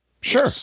Sure